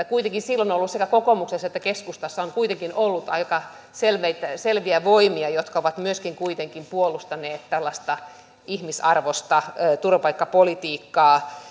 kuitenkin silloin sekä kokoomuksessa että keskustassa on kuitenkin ollut aika selviä selviä voimia jotka ovat kuitenkin myöskin puolustaneet ihmisarvoista turvapaikkapolitiikkaa